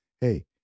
hey